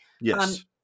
Yes